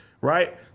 right